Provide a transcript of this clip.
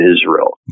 Israel